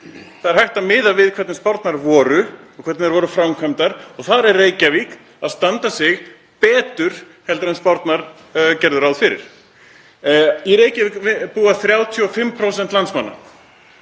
það er hægt að miða við hvernig spárnar voru og hvernig þær voru framkvæmdar og þar stendur Reykjavík sig betur en spárnar gerðu ráð fyrir. Í Reykjavík búa 35% landsmanna.